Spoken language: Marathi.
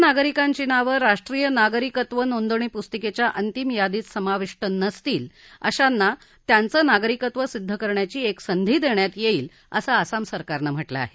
ज्या नागरिकांची नावं राष्ट्रीय नागरिकत्व नोंदणी पुस्तिकेच्या अंतिम यादीत समाविष्ट नसतील अशांना त्यांचं नागरिकत्व सिद्ध करण्याची एक संधी देण्यात येईल असं आसाम सरकारनं म्हाळां आहे